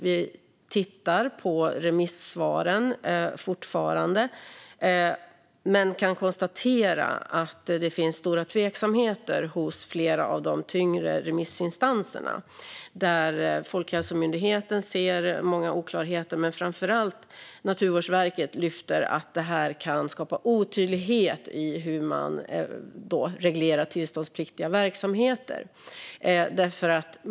Vi tittar fortfarande på remissvaren men kan konstatera att det finns stora tveksamheter hos flera av de tyngre remissinstanserna. Folkhälsomyndigheten ser många oklarheter, och framför allt lyfter Naturvårdsverket fram att detta kan skapa otydlighet i hur man reglerar tillståndspliktiga verksamheter.